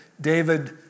David